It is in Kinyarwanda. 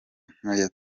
nk’aya